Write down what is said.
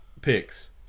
picks